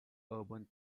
urban